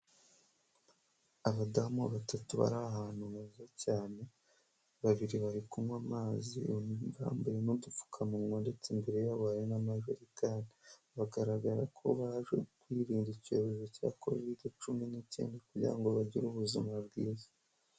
Abadamu batatu bari ahantu heza cyane, babiri bari kunywa amazi bambaye n'udupfukamunwa ndetse imbere yabo hari n'amajerekani. Biragaragara ko baje kwirinda icyorezo cya Covid cumi n'icyenda kugira ngo bagire ubuzima bwiza.